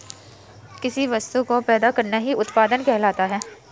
किसी वस्तु को पैदा करना ही उत्पादन कहलाता है